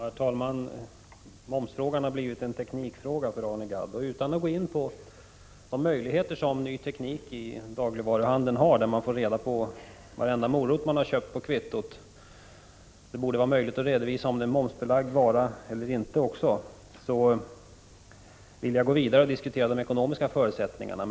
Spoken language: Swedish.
Herr talman! Momsfrågan har blivit en teknikfråga för Arne Gadd. Utan att gå in på de möjligheter som ny teknik erbjuder i dagligvaruhandeln, där man på kvittot får reda på varenda morot man har köpt, så tycker jag att det borde vara möjligt att även redovisa om en vara är momsbelagd eller inte. Jag vill emellertid gå vidare och behandla de ekonomiska förutsättningarna.